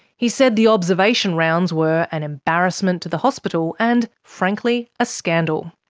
he said the observation rounds were, an embarrassment to the hospital and frankly a scandal.